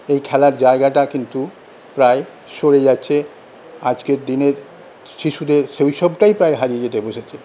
এই খেলার জায়গাটা কিন্তু প্রায় সরে যাচ্ছে আজকের দিনের শিশুদের শৈশবটাই প্রায় হারিয়ে যেতে বসেছে